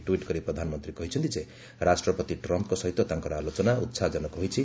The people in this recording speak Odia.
ଟ୍ୱିଟ୍ କରି ପ୍ରଧାନମନ୍ତ୍ରୀ କହିଛନ୍ତି ଯେ ରାଷ୍ଟ୍ରପତି ଟ୍ରମ୍ଫ୍ଙ୍କ ସହିତ ତାଙ୍କର ଆଲୋଚନା ଉତ୍ସାହଜନକ ହୋଇଛି